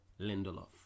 Lindelof